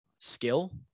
skill